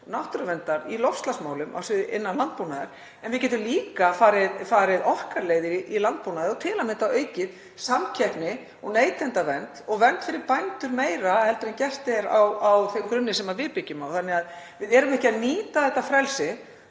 náttúruverndar, í loftslagsmálum innan landbúnaðar. En við getum líka farið okkar leið í landbúnaði og til að mynda aukið samkeppni og neytendavernd og vernd fyrir bændur meira en gert er á þeim grunni sem við byggjum á. Við erum ekki að nýta þetta frelsi